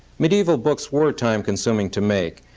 medieval books were time-consuming to make,